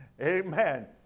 Amen